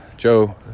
Joe